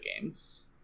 games